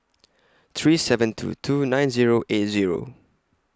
three seven two two nine Zero eight Zero